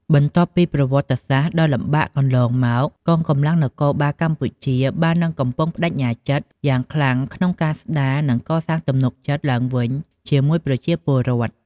បន្ទាប់ពីប្រវត្តិសាស្ត្រដ៏លំបាកកន្លងមក កងកម្លាំងនគរបាលកម្ពុជាបាននឹងកំពុងប្ដេជ្ញាចិត្តយ៉ាងខ្លាំងក្នុងការស្ដារ និងកសាងទំនុកចិត្តឡើងវិញជាមួយប្រជាពលរដ្ឋ។